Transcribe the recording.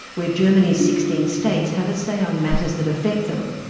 where germany's sixteen states have a say on matters that affect them.